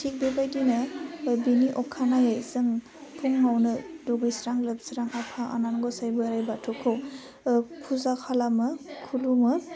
थिक बेबादिनो बिनि अखानायै जों फुङावनो दुगैस्रां लोबस्रां आफा आनान गसाइ बोराइ बाथौखौ फुजा खालामो खुलुमो